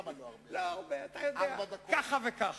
כמה לא הרבה, ארבע דקות?